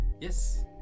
Yes